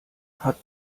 hat